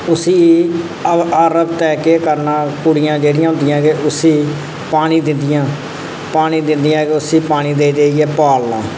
उसी हर हफ्ते केह् करना कुड़ियां जेह्ड़ियां होंदियां उसी पानी दिंदियां पानी दिंदियां उसी पालना